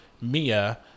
Mia